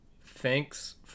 thanks